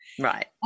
Right